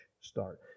start